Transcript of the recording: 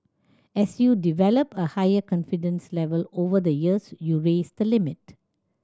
as you develop a higher confidence level over the years you raise the limit